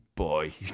boy